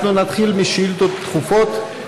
אנחנו נתחיל בשאילתות דחופות.